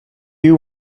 you